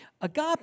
Agape